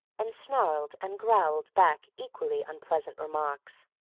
and snarled and growled back equally unpleasant remarks.